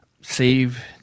save